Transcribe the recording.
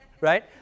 right